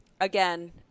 Again